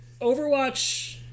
Overwatch